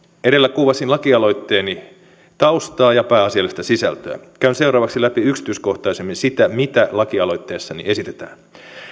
edellä kuvasin lakialoitteeni taustaa ja pääasiallista sisältöä käyn seuraavaksi läpi yksityiskohtaisemmin sitä mitä lakialoitteessani esitetään